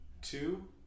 two